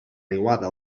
niuada